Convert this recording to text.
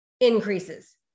increases